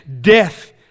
death